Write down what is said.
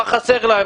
מה חסר לה,